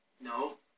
No